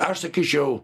aš sakyčiau